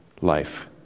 life